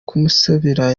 kumusabira